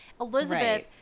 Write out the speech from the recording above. Elizabeth –